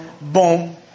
Boom